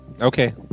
okay